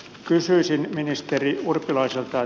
kysyisin ministeri urpilaiselta